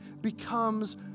becomes